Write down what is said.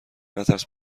نترس